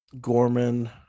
Gorman